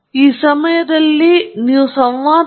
ಆದ್ದರಿಂದ ನೀವು ಇವುಗಳನ್ನು ಮಾಡಬಹುದು ಮತ್ತು ನೀವು ಅದನ್ನು ಮಾಡಬೇಕಾಗಿದೆ